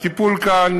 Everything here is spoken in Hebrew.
הטיפול כאן,